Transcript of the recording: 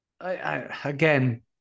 again